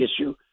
issue